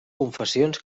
confessions